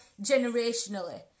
generationally